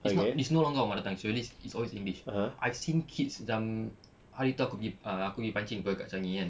it's not it's no longer our mother tongue it's always it's always english I've seen kids macam hari tu aku pergi ah aku gi pancing [pe] kat changi kan